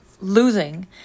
losing